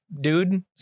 dude